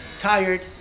tired